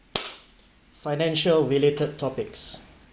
financial related topics